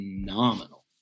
phenomenal